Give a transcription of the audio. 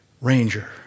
ranger